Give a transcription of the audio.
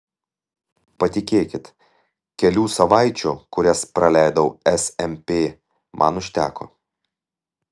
patikėkit kelių savaičių kurias praleidau smp man užteko